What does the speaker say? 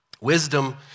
Wisdom